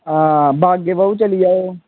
आं बागै बाहु चली जाओ